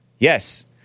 Yes